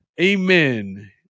Amen